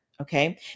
okay